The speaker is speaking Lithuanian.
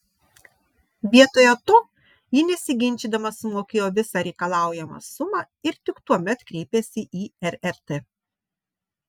vietoje to ji nesiginčydama sumokėjo visą reikalaujamą sumą ir tik tuomet kreipėsi į rrt